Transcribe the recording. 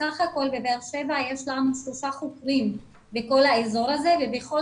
בסך הכול בבאר שבע יש לנו שלושה חוקרים בכל האזור הזה ובכל